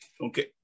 Okay